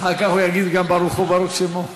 אחר כך הוא יגיד גם "ברוך הוא ברוך שמו".